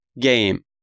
game